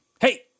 Hey